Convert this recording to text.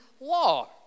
law